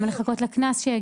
למה לחכות לקנס?